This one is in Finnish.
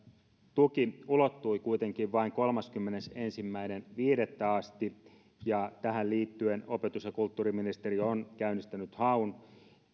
tuki ulottui kuitenkin vain kolmaskymmenesensimmäinen viidettä asti ja tähän liittyen opetus ja kulttuuriministeriö on käynnistänyt haun